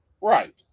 right